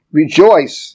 rejoice